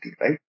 right